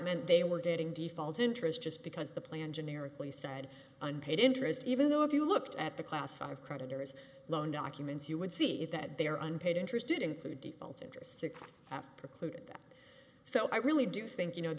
meant they were dating default interest just because the plan generically said unpaid interest even though if you looked at the class five creditors loan documents you would see that they are unpaid interested in food default interest six after precluded that so i really do think you know